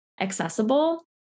accessible